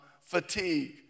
fatigue